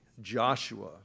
Joshua